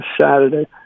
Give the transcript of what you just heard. Saturday